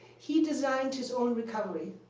he designed his own recovery.